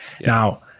now